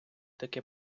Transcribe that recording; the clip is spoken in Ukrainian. таке